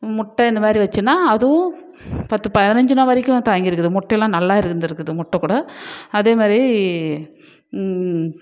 முட்டை இந்த மாதிரி வச்சேன்னா அதுவும் பத்து பதினஞ்சிநாள் வரைக்கும் தாங்கி இருக்குது முட்டைல்லாம் நல்லா இருக்குது முட்டை கூட அதே மாதிரி